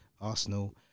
Arsenal